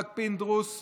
תחבורת אופניים,